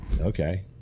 okay